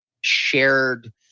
shared